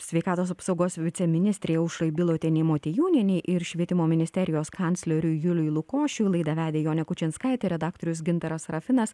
sveikatos apsaugos viceministrei aušrai bilotienei motiejūnienei ir švietimo ministerijos kancleriui juliui lukošiui laidą vedė jonė kučinskaitė redaktorius gintaras sarafinas